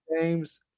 James